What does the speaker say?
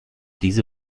diese